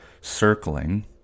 circling